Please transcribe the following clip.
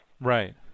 Right